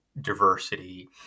diversity